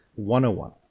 101